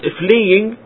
fleeing